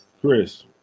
Chris